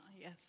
Yes